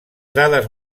dades